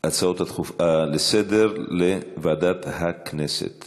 ההצעות הדחופות לסדר-היום, לוועדת הכנסת.